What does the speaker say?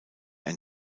ein